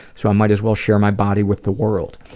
so i might as well share my body with the world.